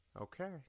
Okay